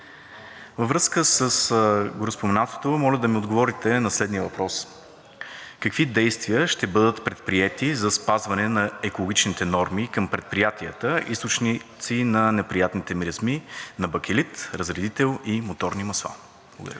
Във връзка с гореспоменатото моля да ми отговорите на следния въпрос: какви действия ще бъдат предприети за спазване на екологичните норми към предприятия, източници на неприятните миризми на бакелит, разредител и моторни масла? Благодаря